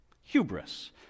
Hubris